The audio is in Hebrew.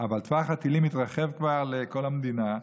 אבל טווח הטילים כבר התרחב לכל המדינה,